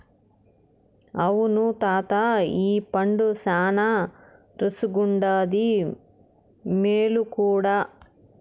అవును తాతా ఈ పండు శానా రుసిగుండాది, మేలు కూడా